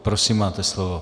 Prosím, máte slovo.